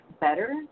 better